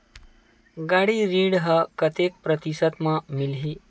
गाड़ी ऋण ह कतेक प्रतिशत म मिलही?